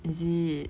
is it